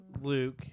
Luke